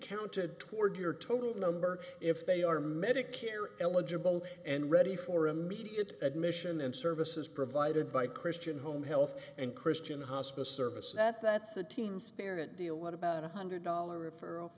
counted toward your total number if they are medicare eligible and ready for a meet it admission and services provided by christian home health and christian hospice service that that's the team spirit deal what about a hundred dollar refer